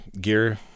gear